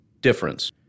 difference